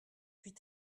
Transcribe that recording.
huit